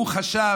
הוא חשב